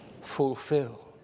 fulfill